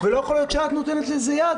ולא יכול להיות שאת נותנת לזה יד,